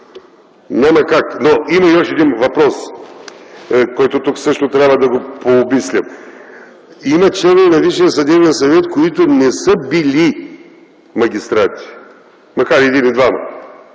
няма как! Има още един въпрос, който тук също трябва да го пообмислим. Има членове на Висшия съдебен съвет, които не са били магистрати, макар един или двама,